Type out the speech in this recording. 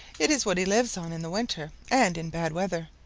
it is what he lives on in the winter and in bad weather.